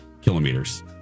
Kilometers